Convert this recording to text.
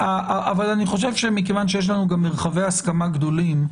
מכיוון שיש לנו גם מרחבי הסכמה גדולים,